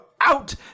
out